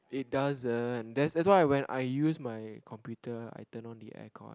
it doesn't that's that's why when I use my computer I turn on the aircon